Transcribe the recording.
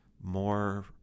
more